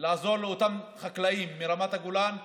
לעזור לאותם חקלאים מרמת הגולן,